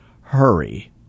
hurry